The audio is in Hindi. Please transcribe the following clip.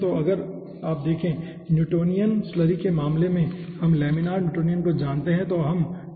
तो अगर आप देखें न्यूटोनियन स्लरी के मामले में हम लैमिनार न्यूटोनियन को जानते हैं